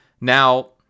Now